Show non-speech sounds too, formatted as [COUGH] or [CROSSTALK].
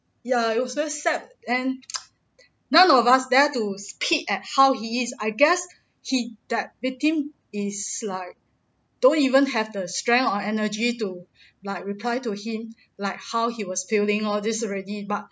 ya it was very sad and [NOISE] none of us dare to peek at how he is I guess he that victim is like don't even have the strength or energy to like reply to him like how he was feeling all this already but